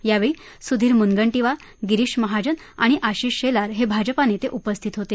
यावेळी सुधीर मुनगंटीवर गिरीश महाजन आणि आशीष शेलार हे भाजपा नेते उपस्थित होते